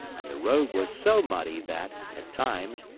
and the road was so muddy that, at times,